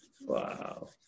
wow